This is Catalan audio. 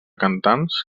cantants